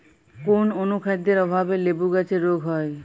কোন অনুখাদ্যের অভাবে লেবু গাছের রোগ হয়?